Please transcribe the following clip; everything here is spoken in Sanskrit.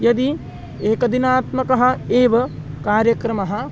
यदि एकदिनात्मकः एव कार्यक्रमः